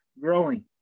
growing